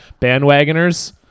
bandwagoners